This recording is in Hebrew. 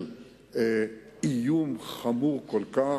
של איום חמור כל כך,